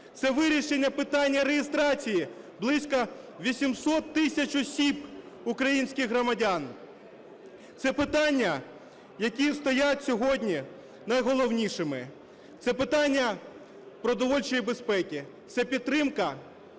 Це вирішення питання реєстрації близько 800 тисяч осіб українських громадян. Це питання, які стоять сьогодні найголовнішими: це питання продовольчої безпеки, це підтримка